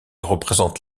représente